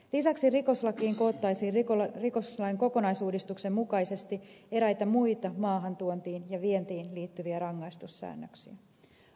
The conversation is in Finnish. lisäksi rikoslakiin koottaisiin rikoslain kokonaisuudistuksen mukaisesti eräitä muita maahantuontiin ja vientiin liittyviä rangaistussäännöksiä